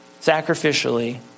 sacrificially